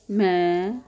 ਮੈਂ